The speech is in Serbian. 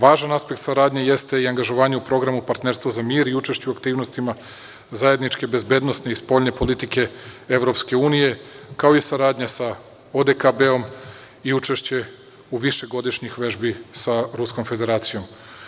Važan aspekt saradnje jeste i angažovanje u Programu Partnerstvo za mir i učešće u aktivnostima zajedničke bezbednosne i spoljne politike EU, kao i saradnja sa ODKB i učešće višegodišnjih vežbi sa Ruskom Federacijom.